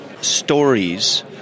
stories—